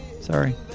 Sorry